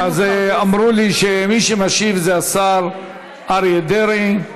אמרו לי שמי שמשיב זה השר אריה דרעי.